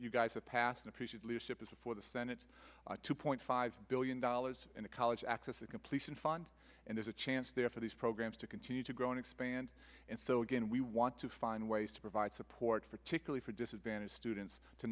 you guys have passed appreciate leadership is for the senate two point five billion dollars in a college access to completion fund and there's a chance there for these programs to continue to grow and expand and so again we want to find ways to provide support for to kill for disadvantaged students to